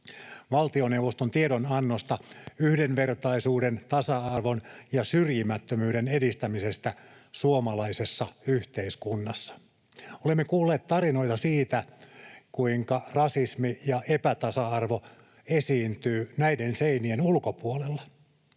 valtioneuvoston tiedonannosta yhdenvertaisuuden, tasa-arvon ja syrjimättömyyden edistämisestä suomalaisessa yhteiskunnassa. Olemme kuulleet tarinoita siitä, kuinka rasismi ja epätasa-arvo esiintyy näiden seinien ulkopuolella.